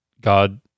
God